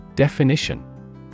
Definition